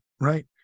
right